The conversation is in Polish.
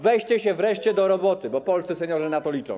Weźcie się wreszcie do roboty, bo polscy seniorzy na to liczą.